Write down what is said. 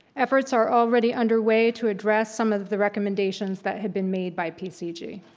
efforts are already underway to address some of the recommendations that had been made by pcg.